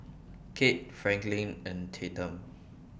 Kale Franklin and Tatum